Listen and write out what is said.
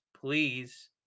Please